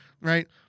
Right